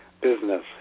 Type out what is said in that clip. business